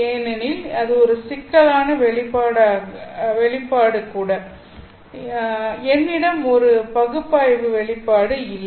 ஏனெனில் இது ஒரு சிக்கலான வெளிப்பாடு கூட என்னிடம் ஒரு சரியான பகுப்பாய்வு வெளிப்பாடு இல்லை